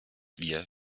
wir